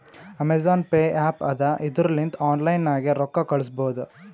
Amazon Pay app ಅದಾ ಇದುರ್ ಲಿಂತ ಆನ್ಲೈನ್ ನಾಗೆ ರೊಕ್ಕಾ ಕಳುಸ್ಬೋದ